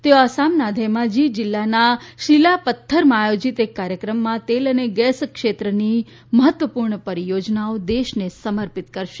તેઓ આસામના ધેમાજી જિલ્લામાં સિલાપત્થરમાં આયોજીત એક કાર્યક્રમમાં તેલ અને ગેસ ક્ષેત્રની મહત્વપૂર્ણ પરિયોજનાઓ દેશને સમર્પિત કરશે